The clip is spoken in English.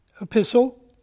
epistle